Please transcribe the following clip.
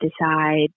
decide